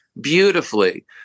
beautifully